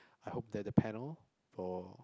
I hope that the panel for